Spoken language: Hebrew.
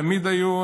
תמיד היו,